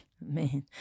man